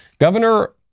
Governor